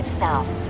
south